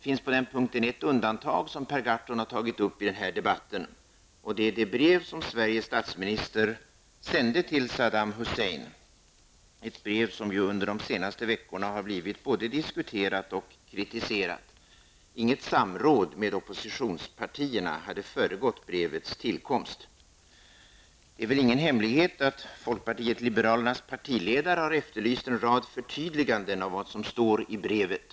På den punkten finns bara det undantag som Per Gahrton har tagit upp i denna debatt, nämligen det brev som Sveriges statsminister sände till Saddam Hussein, ett brev som under de senaste veckorna har blivit både diskuterat och kritiserat. Inget samråd med oppositionspartierna hade föregått brevets tillkomst. Det är väl ingen hemlighet att folkpartiet liberalernas partiledare har efterlyst en rad förtydliganden av vad som står i brevet.